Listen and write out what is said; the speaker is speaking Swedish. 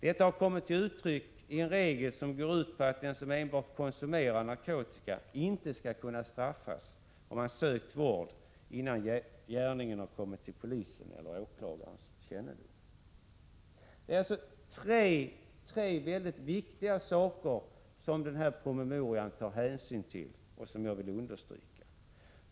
Detta har kommit till uttryck i en regel, som går ut på att den som enbart konsumerar narkotika inte skall kunna straffas om han har sökt vård innan gärningen kommit till polisens eller åklagarens kännedom. Jag vill understryka tre mycket viktiga saker i denna promemoria.